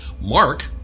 Mark